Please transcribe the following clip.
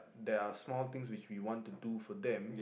there are small things which we want to do for them